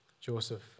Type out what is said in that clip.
Joseph